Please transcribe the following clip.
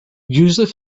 usually